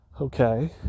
Okay